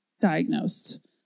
Diagnosed